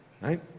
right